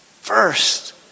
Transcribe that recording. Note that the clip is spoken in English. first